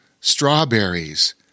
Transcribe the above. strawberries